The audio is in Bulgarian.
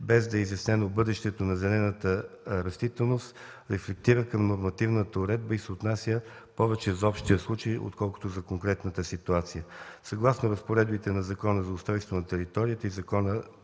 без да е изяснено бъдещето на зелената растителност, рефлектира към нормативната уредба и се отнася повече за общия случай, отколкото за конкретната ситуация. Съгласно разпоредбите на Закона за устройство на територията и Закона